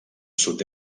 sud